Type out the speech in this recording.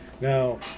Now